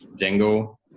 Django